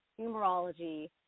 numerology